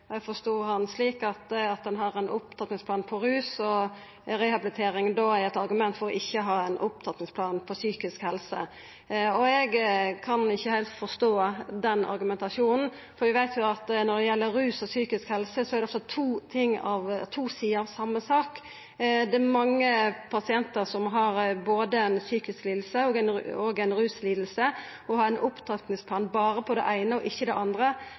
Eg forstod han slik at det at ein har ein opptrappingsplan på rusfeltet og rehabilitering er eit argument for ikkje å ha ein opptrappingsplan for psykisk helse. Eg kan ikkje heilt forstå den argumentasjonen, for vi veit at når det gjeld rus og psykisk helse, er det to sider av same sak. Det er mange pasientar som har både ei psykisk liding og ei rusliding. Å ha ein opptrappingsplan berre på det eine og ikkje det andre